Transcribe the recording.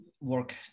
work